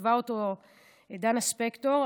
כתבה אותו דנה ספקטור,